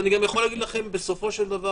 ואני גם יכול להגיד לכם בסופו של דבר